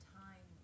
time